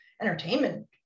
entertainment